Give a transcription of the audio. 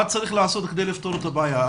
מה צריך לעשות כדי לפתור את הבעיה?